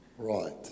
Right